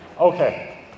Okay